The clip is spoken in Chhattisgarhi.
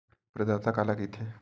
प्रदाता काला कइथे?